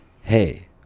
hey